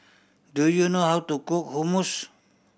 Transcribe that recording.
do you know how to cook Hummus